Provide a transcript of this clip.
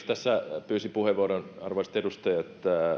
tässä pyysin puheenvuoron arvoisat edustajat